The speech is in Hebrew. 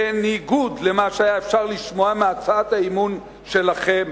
בניגוד למה שאפשר היה לשמוע מהצעת האי-אמון שלכם,